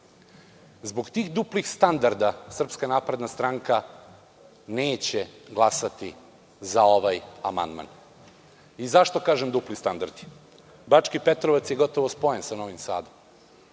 Zbog tih duplih standarda SNS neće glasati za ovaj amandman. I zašto kažem dupli standardi? Bački Petrovac je gotovo spojen sa Novim Sadom,